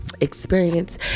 Experience